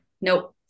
Nope